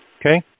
Okay